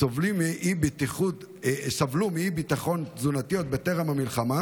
סבלו מאי-ביטחון תזונתי עוד בטרם המלחמה